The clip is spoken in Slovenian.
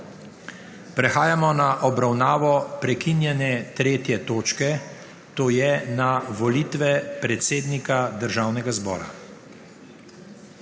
Prehajamo na obravnavo prekinjene 3. točke – Volitve predsednika Državnega zbora.